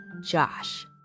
Josh